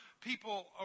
people